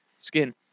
Skin